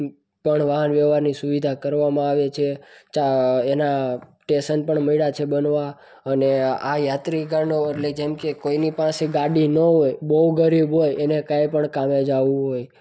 પણ વાહન વ્યવહારની સુવિધા કરવામાં આવે છે એના ટેશન પણ મંડ્યા છે બનવા અને આ યાત્રિગણો એટલે જેમ કે કોઈની પાસે ગાડી ન હોય તો બહુ ગરીબ હોય એને કંઈ પણ કામે જવું હોય